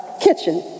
kitchen